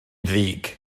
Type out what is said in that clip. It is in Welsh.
ddig